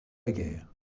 guerre